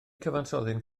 cyfansoddyn